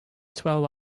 twelve